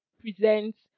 presents